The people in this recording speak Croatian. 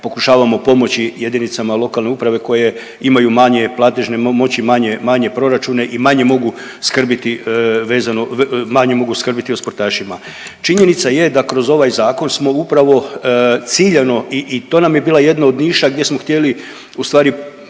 pokušavamo pomoći jedinicama lokalne uprave koje imaju manje platežne moći, manje proračune i manje mogu skrbiti vezano, manje mogu skrbiti o sportašima. Činjenica je da kroz ovaj zakon smo upravo ciljano i to nam je bila jedna od niša gdje smo htjeli u stvari možda